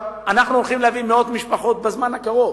אנחנו הולכים להביא מאות משפחות בזמן הקרוב